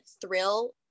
thrill